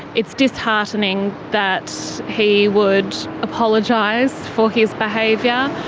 it's disheartening that he would apologise for his behaviour,